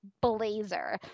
blazer